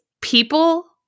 people